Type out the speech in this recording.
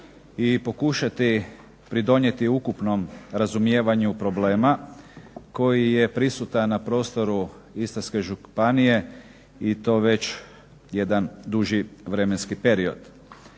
i pokušati pridonijeti ukupnom razumijevanju problema koji je prisutan na prostoru Istarske županije i to već jedan duži vremenski period.